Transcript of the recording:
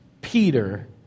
Peter